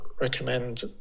recommend